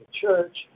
church